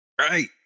right